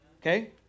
Okay